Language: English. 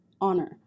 honor